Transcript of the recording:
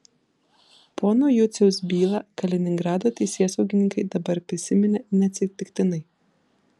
pono juciaus bylą kaliningrado teisėsaugininkai dabar prisiminė neatsitiktinai